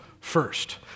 first